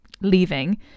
leaving